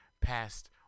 past –